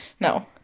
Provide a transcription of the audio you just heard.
No